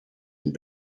and